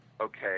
Okay